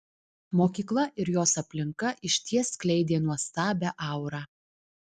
mokykla ir jos aplinka išties skleidė nuostabią aurą